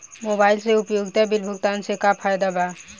Mobile से उपयोगिता bill भुगतान से का फायदा बा?